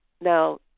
Now